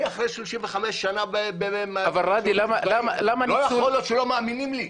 אחרי 35 אני --- לא יכול להיות שלא מאמינים לי.